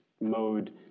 mode